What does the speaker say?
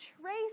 trace